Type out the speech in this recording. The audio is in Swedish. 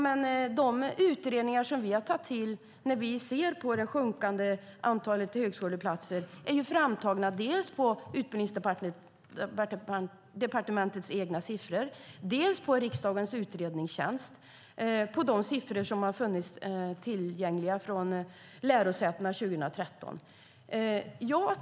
Men de utredningar som vi har använt för att visa på det minskande antalet högskoleplatser är framtagna dels på Utbildningsdepartementet, dels på riksdagens utredningstjänst och baserar sig på de siffror som finns från lärosätena 2013.